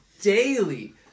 daily